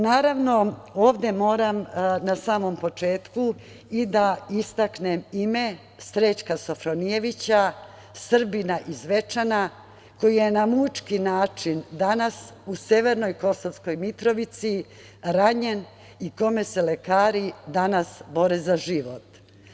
Naravno, ovde moram na samom početku i da istaknem ime Srećka Sofronijevića, Srbina iz Zvečana, koji je na mučki način danas u severnoj Kosovskoj Mitrovici ranjen i kome se lekari danas bore za život.